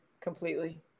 completely